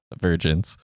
Virgins